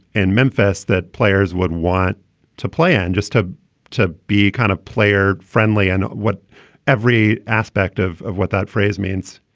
in memphis that players wouldn't want to plan just to to be a kind of player friendly and what every aspect of of what that phrase means?